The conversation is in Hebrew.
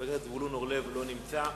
חבר הכנסת זבולון אורלב, לא נמצא.